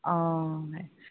অ